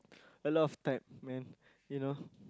a lot of type man you know